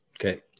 okay